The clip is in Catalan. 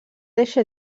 eixe